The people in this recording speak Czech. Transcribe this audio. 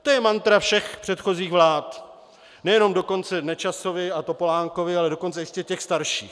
To je mantra všech předchozích vlád, nejenom dokonce Nečasovy a Topolánkovy, ale dokonce ještě těch starších.